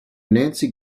nancy